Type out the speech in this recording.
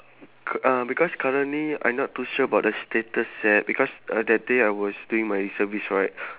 c~ uh because currently I not too sure about the status yet because uh that day I was doing my reservist right